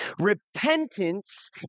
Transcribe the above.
Repentance